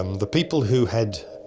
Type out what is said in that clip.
um the people who had